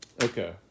Okay